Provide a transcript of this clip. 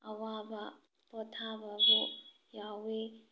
ꯑꯋꯥꯕ ꯄꯣꯊꯥꯕꯕꯨ ꯌꯥꯎꯏ